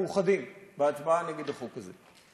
מאוחדים בהצבעה נגד החוק הזה.